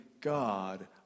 God